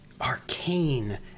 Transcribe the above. arcane